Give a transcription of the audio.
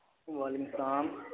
وعلیکم سلام